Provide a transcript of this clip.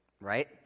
right